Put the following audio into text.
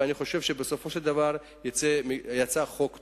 ואני חושב שבסופו של דבר יצא חוק טוב.